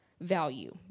value